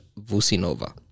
Vusinova